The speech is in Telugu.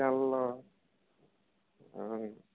న్యూస్ ఛానెళ్లు